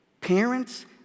parents